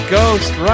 Ghost